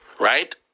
Right